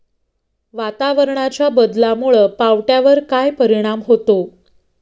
वातावरणाच्या बदलामुळे पावट्यावर काय परिणाम होतो?